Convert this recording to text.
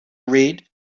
read